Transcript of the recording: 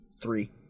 Three